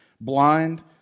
blind